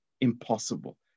impossible